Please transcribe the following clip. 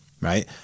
right